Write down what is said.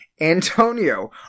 Antonio